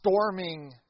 storming